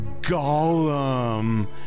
Gollum